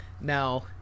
Now